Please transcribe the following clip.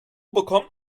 bekommt